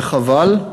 וחבל,